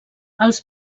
els